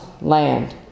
land